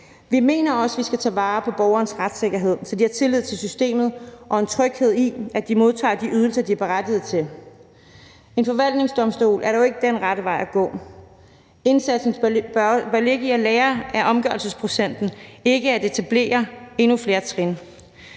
Vi mener også, vi skal tage vare på borgernes retssikkerhed, så de har tillid til systemet og føler en tryghed i, at de modtager de ydelser, de er berettiget til. En forvaltningsdomstol er dog ikke den rette vej at gå. Indsatsen bør ligge i at lære af omgørelsesprocenten, ikke at etablere endnu flere trin.